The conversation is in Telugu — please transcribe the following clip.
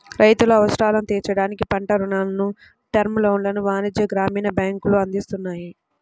రైతుల అవసరాలను తీర్చడానికి పంట రుణాలను, టర్మ్ లోన్లను వాణిజ్య, గ్రామీణ బ్యాంకులు అందిస్తున్నాయి